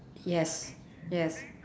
yes yes